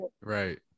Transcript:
Right